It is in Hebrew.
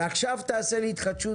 ולהגיד ליזם: עכשיו תעשה לי התחדשות